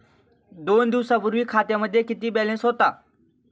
दोन दिवसांपूर्वी खात्यामध्ये किती बॅलन्स होता?